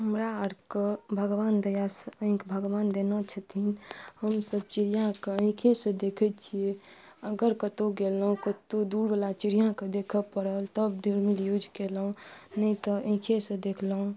हमरा आरके भगवान दयासॅं ऑंखि भगवान देने छथिन हमसब चिड़िआके आँखि सऽ देखै छियै अगर कतौ गेलहुॅं कतौ दूर बला चिड़िआके देखऽ पड़ल तब दूरबीन यूज केलहुॅं नहि तऽ आँखि सऽ देखलहुॅं